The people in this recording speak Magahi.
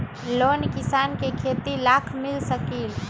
लोन किसान के खेती लाख मिल सकील?